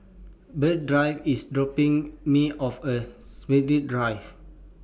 Berdie IS dropping Me off At Shepherds Drive